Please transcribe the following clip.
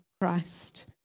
Christ